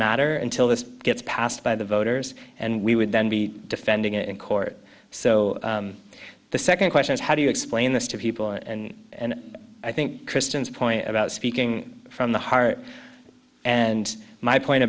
matter until this gets passed by the voters and we would then be defending it in court so the second question is how do you explain this to people and and i think kristen's point about speaking from the heart and my point